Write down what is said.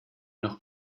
noch